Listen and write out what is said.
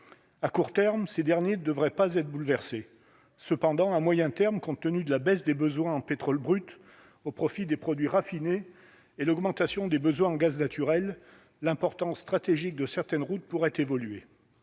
à court terme, ces derniers ne devrait pas être bouleversé cependant à moyen terme, compte tenu de la baisse des besoins en pétrole brut au profit des produits raffinés et l'augmentation des besoins en gaz naturel l'importance stratégique de certaines routes pourraient évoluer,